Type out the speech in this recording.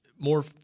more